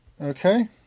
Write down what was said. Okay